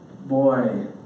Boy